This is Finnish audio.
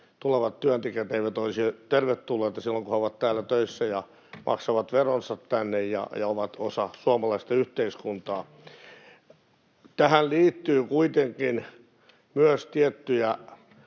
tulevat työntekijät eivät olisi tervetulleita silloin, kun he ovat täällä töissä ja maksavat veronsa tänne ja ovat osa suomalaista yhteiskuntaa. Tähän liittyy kuitenkin myös tiettyjä